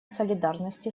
солидарности